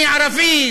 אני ערבי,